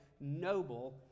noble